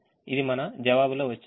ఇది మన జవాబులో వచ్చింది